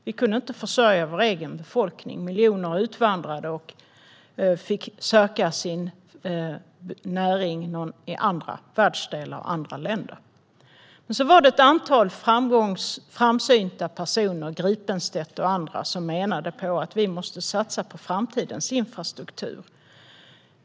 Vi kunde inte försörja vår egen befolkning, och miljoner utvandrade och fick söka sin näring i andra världsdelar och andra länder. Ett antal framsynta personer, Gripenstedt och andra, menade att vi måste satsa på framtidens infrastruktur.